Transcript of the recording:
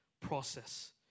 process